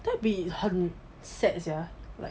that will be 很 sad sia like